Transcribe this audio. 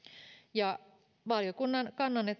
valiokunnan